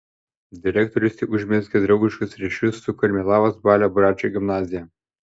direktorius jau užmezgė draugiškus ryšius su karmėlavos balio buračo gimnazija